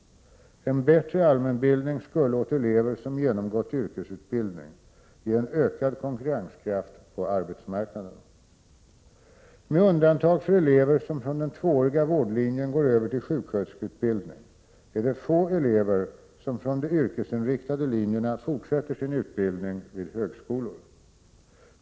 En bättre allmänbildning skulle åt elever som genomgått yrkesutbildning ge en ökad konkurrenskraft på arbetsmarknaden. Med undantag för elever som från den tvååriga vårdlinjen går över till sjuksköterskeutbildning är det få elever som från de yrkesinriktade linjerna fortsätter sin utbildning vid högskolor.